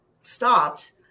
stopped